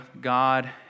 God